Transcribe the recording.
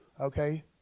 Okay